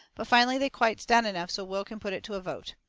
but finally they quiets down enough so will can put it to a vote.